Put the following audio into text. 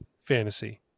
fantasy